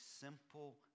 simple